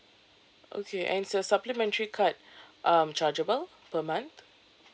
okay and is the supplementary card um chargeable per month